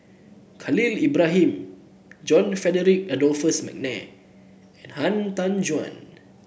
Khalil Ibrahim John Frederick Adolphus McNair and Han Tan Juan